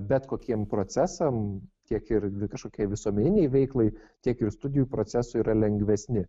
bet kokiem procesam tiek ir kažkokiai visuomeninei veiklai tiek ir studijų procesui yra lengvesni